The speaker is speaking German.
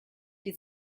die